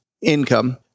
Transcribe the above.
income